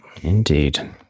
indeed